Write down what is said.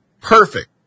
Perfect